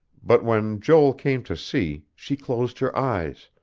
but when joel came to see, she closed her eyes,